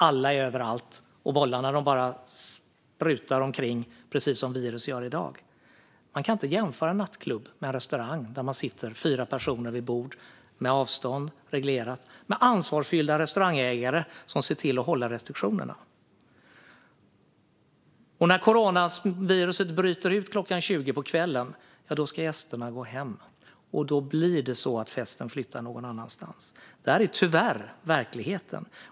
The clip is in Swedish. Alla är överallt, och bollarna sprutar omkring, precis som virus gör i dag. Man kan inte jämföra en nattklubb med en restaurang där fyra personer sitter vid ett bord, där avståndet är reglerat och där det finns ansvarsfulla restaurangägare som ser till att hålla restriktionerna. När coronaviruset bryter ut klockan 20 på kvällen ska gästerna gå hem. Då flyttar festen någon annanstans. Det är tyvärr verkligheten.